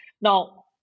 Now